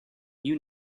you